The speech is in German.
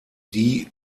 die